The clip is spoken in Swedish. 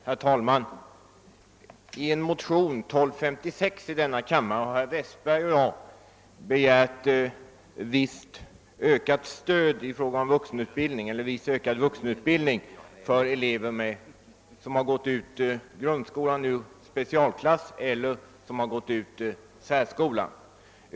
Herr talman! I motionen 1256 i denna kammare har herr Westberg i Ljusdal och jag begärt förslag om vuxenutbildning för elever som gått ut grundskolans specialklasser eller särskola.